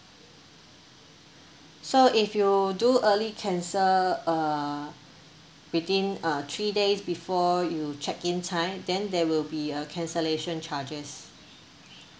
so if you do early cancel uh within uh three days before you check in time then there will be a cancellation charges